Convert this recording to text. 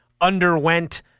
underwent